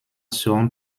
seront